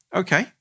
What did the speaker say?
okay